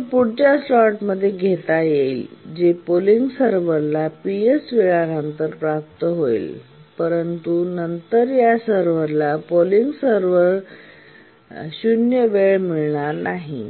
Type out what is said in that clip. हे फक्त पुढच्या स्लॉटमध्ये घेता येईल जे पोलिंग सर्व्हरला PS वेळानंतर प्राप्त होईल परंतु नंतर या सर्व्हरला पोलिंग सर्व्हरला 0 वेळ मिळणार नाही